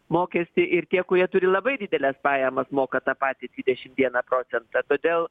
mokestį ir tie kurie turi labai dideles pajamas moka tą patį dvidešim vieną procentą todėl